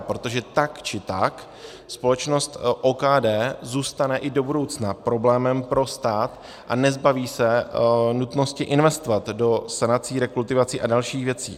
Protože tak či tak společnost OKD zůstane i do budoucna problémem pro stát a nezbaví se nutnosti investovat do sanací, rekultivací a dalších věcí.